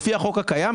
לפי החוק הקיים,